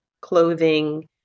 clothing